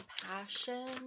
compassion